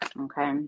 okay